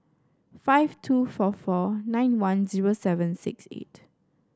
five two four four nine one zero seven six eight